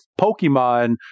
pokemon